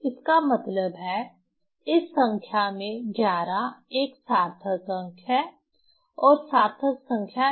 इसका मतलब है इस संख्या में 11 एक सार्थक अंक है और सार्थक संख्या नहीं